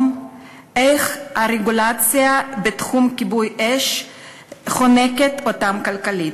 איך הרגולציה בתחום כיבוי האש חונקת אותם כלכלית.